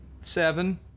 Seven